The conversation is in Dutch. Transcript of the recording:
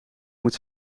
moet